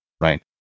right